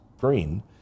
green